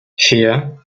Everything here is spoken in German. vier